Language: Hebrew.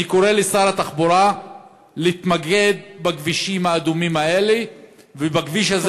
אני קורא לשר התחבורה להתמקד בכבישים האדומים האלה ולשים